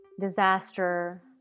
disaster